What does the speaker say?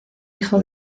hijo